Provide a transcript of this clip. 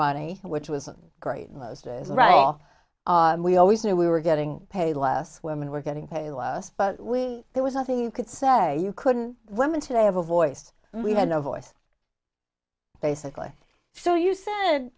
money which was great and most is right off we always knew we were getting paid less women were getting pay less but we there was nothing you could say you couldn't women to have a voice and we had no voice basically so you said